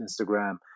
Instagram